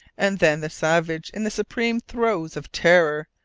and then the savage, in the supreme throes of terror,